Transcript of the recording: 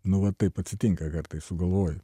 nu va taip atsitinka kartais sugalvoji